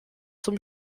zum